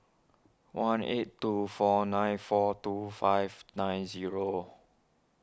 one eight two four nine four two five nine zero